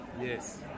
Yes